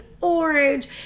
orange